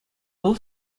вӑл